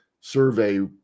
survey